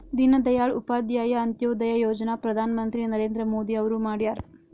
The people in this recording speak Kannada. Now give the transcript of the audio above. ದೀನ ದಯಾಳ್ ಉಪಾಧ್ಯಾಯ ಅಂತ್ಯೋದಯ ಯೋಜನಾ ಪ್ರಧಾನ್ ಮಂತ್ರಿ ನರೇಂದ್ರ ಮೋದಿ ಅವ್ರು ಮಾಡ್ಯಾರ್